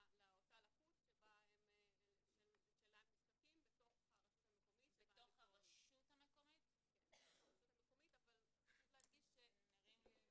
לאותה לקות שלהם בתוך הרשות המקומית שבה הם מתגוררים.